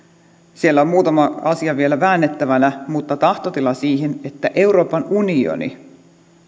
siellä on muutama asia vielä väännettävänä mutta on tahtotila siihen että euroopan unioni